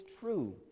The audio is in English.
true